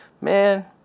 Man